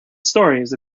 stories